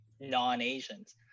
non-asians